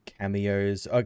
cameos